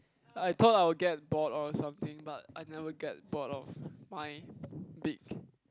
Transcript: I thought I will get bored or something but I never get bored of my big